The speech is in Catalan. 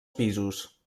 pisos